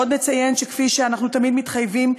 עוד אציין שכפי שאנחנו תמיד מתחייבים,